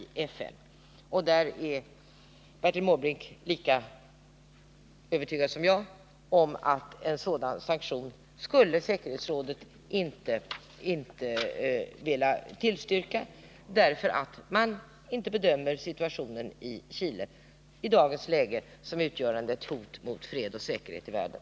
Bertil Måbrink är säkert lika övertygad som jag om att en sådan sanktion skulle säkerhetsrådet inte vilja tillstyrka, därför att man inte bedömer situationen i Chile i dagens läge såsom utgörande ett hot mot fred och säkerhet i världen.